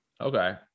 Okay